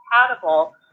compatible